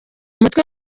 umutwe